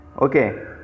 Okay